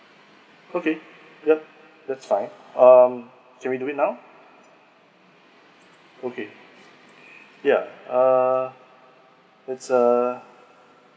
okay yup that's fine um can we do it now okay yeah err it's uh